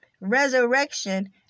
resurrection